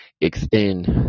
extend